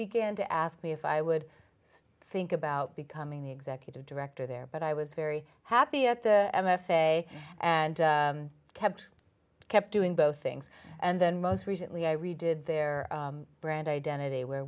began to ask me if i would think about becoming the executive director there but i was very happy at the m f a and kept kept doing both things and then most recently i redid their brand identity where